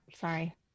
Sorry